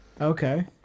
Okay